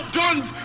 guns